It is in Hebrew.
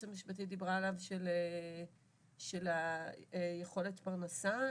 המשפטית דיברה עליו של היכולת פרנסה.